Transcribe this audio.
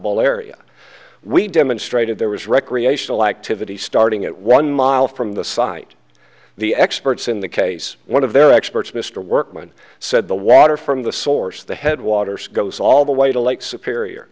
navigable area we demonstrated there was recreational activity starting at one mile from the site the experts in the case as one of their experts mr workman said the water from the source of the headwaters goes all the way to lake superior